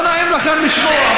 לא נעים לכם לשמוע,